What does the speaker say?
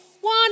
one